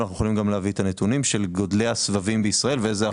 ואנחנו יכולים להביא את הנתונים של גודלי הסבבים בישראל ואיזה אחוז.